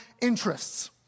interests